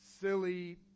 silly